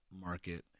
market